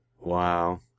Wow